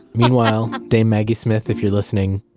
meanwhile, dame maggie smith if you're listening.